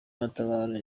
matabaro